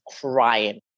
crying